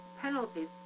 penalties